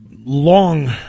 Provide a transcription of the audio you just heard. long